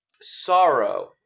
sorrow